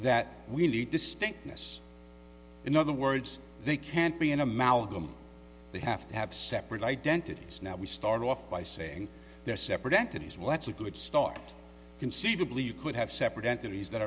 that we need distinctness in other words they can't be an amalgam they have to have separate identities now we start off by saying they're separate entities well that's a good start conceivably you could have separate entities that